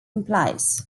implies